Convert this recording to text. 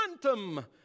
quantum